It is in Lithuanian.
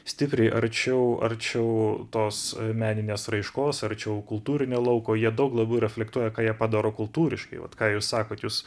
stipriai arčiau arčiau tos meninės raiškos arčiau kultūrinio lauko jie daug labiau reflektuoja ką jie padaro kultūriškai vat ką jūs sakot jūs